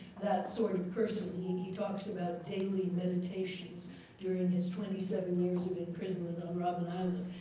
that sort of person. and he talks about daily meditations during his twenty seven years of imprisonment on robben island.